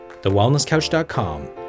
TheWellnessCouch.com